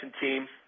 team